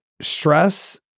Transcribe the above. stress